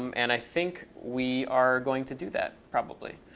um and i think we are going to do that probably.